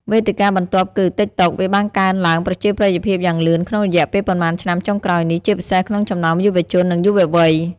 វេទិកាបន្ទាប់គឺ ទីកតុក វាបានកើនឡើងប្រជាប្រិយភាពយ៉ាងលឿនក្នុងរយៈពេលប៉ុន្មានឆ្នាំចុងក្រោយនេះ ជាពិសេសក្នុងចំណោមយុវជន និងយុវវ័យ។